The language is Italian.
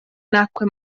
nacque